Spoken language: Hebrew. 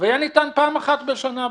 יש פה מישהו מאגף התקציבים?